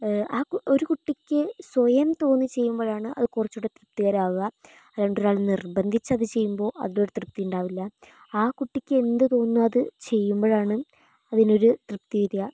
ഒരു കുട്ടിക്ക് സ്വയം തോന്നി ചെയ്യുമ്പോഴാണ് അത് കുറച്ച് കൂടെ തൃപ്തികരാവുക അല്ലാണ്ട് ഒരാൾ നിർബന്ധിച്ച് അത് ചെയ്യുമ്പോൾ അതിലൊരു തൃപ്തി ഉണ്ടാവില്ല ആ കുട്ടിക്ക് എന്ത് തോന്നുന്നോ അത് ചെയ്യുമ്പോഴാണ് അതിനൊരു തൃപ്തി വരിക